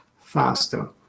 faster